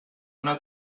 una